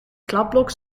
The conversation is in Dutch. kladblok